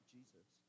Jesus